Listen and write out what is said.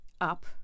up